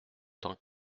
tant